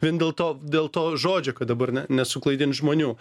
vien dėl to dėl to žodžio kad dabar ne nesuklaidint žmonių